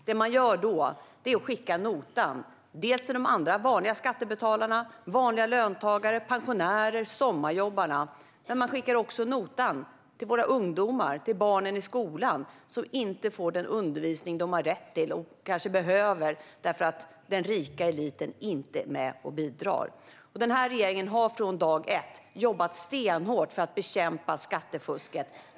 Vad man gör då är att skicka notan dels till de vanliga skattebetalarna - löntagare, pensionärer och sommarjobbare - dels till våra ungdomar och barnen i skolan som inte får den undervisning de har rätt till och behöver därför att den rika eliten inte är med och bidrar. Den här regeringen har från dag ett jobbat stenhårt för att bekämpa skattefusket.